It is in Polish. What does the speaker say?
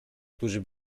którzy